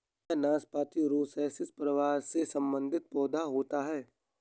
क्या नाशपाती रोसैसी परिवार से संबंधित पौधा होता है?